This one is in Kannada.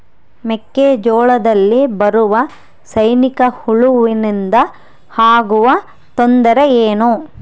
ಮೆಕ್ಕೆಜೋಳದಲ್ಲಿ ಬರುವ ಸೈನಿಕಹುಳುವಿನಿಂದ ಆಗುವ ತೊಂದರೆ ಏನು?